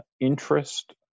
interest